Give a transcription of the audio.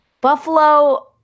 Buffalo